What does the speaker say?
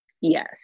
yes